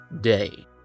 day